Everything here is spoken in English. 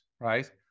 Right